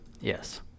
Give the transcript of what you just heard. yes